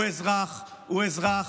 הוא אזרח, הוא אזרח.